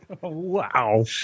wow